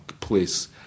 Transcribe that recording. please